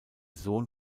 sohn